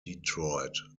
detroit